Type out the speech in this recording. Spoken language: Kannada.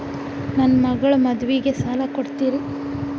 ನನ್ನ ಮಗಳ ಮದುವಿಗೆ ಸಾಲ ಕೊಡ್ತೇರಿ?